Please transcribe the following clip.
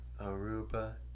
Aruba